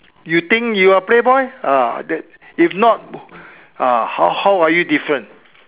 you think you are playboy ah then if not ah how how are you different